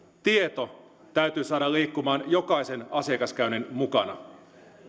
tieto täytyy saada liikkumaan jokaisen asiakaskäynnin mukana